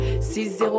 6-0